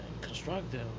constructive